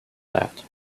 that